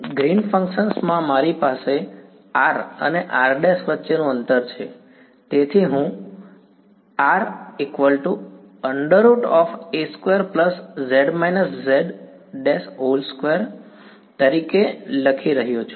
Green's function green's function માં મારી પાસે r અને r' વચ્ચેનું અંતર છે તેથી હું Ra2z z2 તરીકે લખી રહ્યો છું